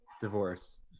divorce